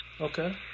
Okay